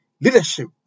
leadership